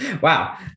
Wow